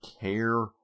care